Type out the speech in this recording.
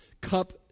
cup